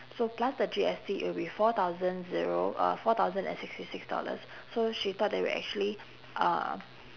so plus the G S T it would be four thousand zero uh four thousand and sixty six dollars so she thought that we actually uh